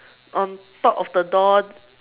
on top of the door